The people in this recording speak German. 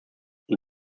und